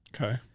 Okay